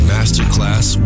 Masterclass